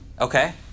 Okay